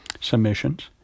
submissions